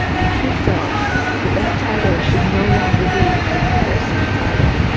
and he felt that that title should no longer be a university title,